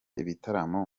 ibitaramo